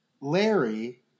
Larry